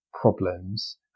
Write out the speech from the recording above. problems